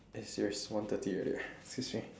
eh serious one thirty already eh excuse me